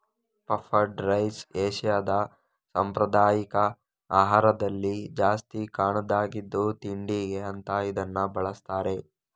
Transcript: puffed rice ಏಷ್ಯಾದ ಸಾಂಪ್ರದಾಯಿಕ ಆಹಾರದಲ್ಲಿ ಜಾಸ್ತಿ ಕಾಣುದಾಗಿದ್ದು ತಿಂಡಿಗೆ ಅಂತ ಇದನ್ನ ಬಳಸ್ತಾರೆ